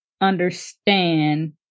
understand